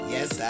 Yes